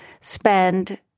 spend